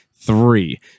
three